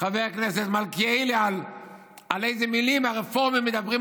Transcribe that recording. חבר הכנסת מלכיאלי איזה מילים הרפורמים אומרים,